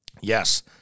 yes